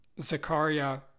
Zakaria